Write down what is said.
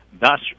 thus